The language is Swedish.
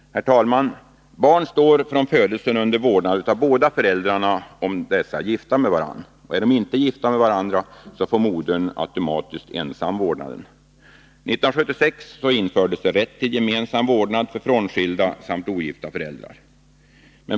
Herr talman! Barn står från födelsen under vårdnad av båda föräldrarna, om dessa är gifta med varandra. Är de inte gifta med varandra, får modern automatiskt ensam vårdnaden. 1976 infördes rätt till gemensam vårdnad för frånskilda samt ogifta föräldrar.